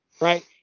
Right